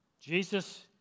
Jesus